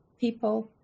people